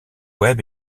web